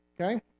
okay